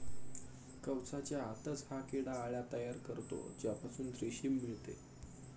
कवचाच्या आतच हा किडा अळ्या तयार करतो ज्यापासून रेशीम मिळते